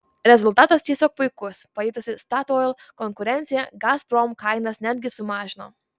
rezultatas tiesiog puikus pajutusi statoil konkurenciją gazprom kainas netgi sumažino